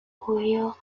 cuyo